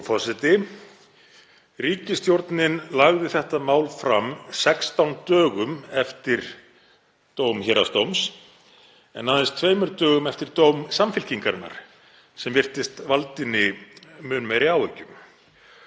Ríkisstjórnin lagði þetta mál fram 16 dögum eftir dóm héraðsdóms en aðeins tveimur dögum eftir dóm Samfylkingarinnar, sem virtist valda henni mun meiri áhyggjum.